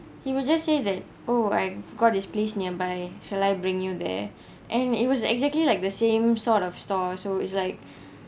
he will just say that oh I've forgot this place nearby shall I bring you there and it was exactly like the same sort of store so it's like